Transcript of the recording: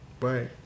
Right